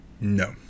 no